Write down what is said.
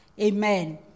Amen